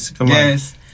yes